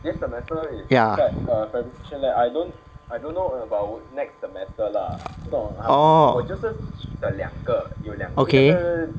ya orh okay